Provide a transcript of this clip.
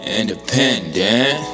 Independent